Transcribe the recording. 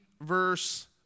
verse